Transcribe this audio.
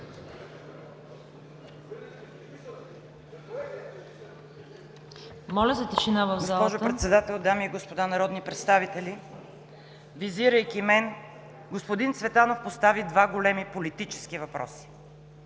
(БСП за България): Госпожо Председател, дами и господа народни представители! Визирайки мен, господин Цветанов постави два големи политически въпроса.